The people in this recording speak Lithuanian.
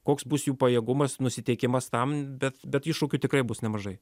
koks bus jų pajėgumas nusiteikimas tam bet bet iššūkių tikrai bus nemažai